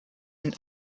and